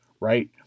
right